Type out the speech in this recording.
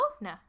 no